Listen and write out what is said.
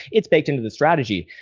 it's baked into the strategy.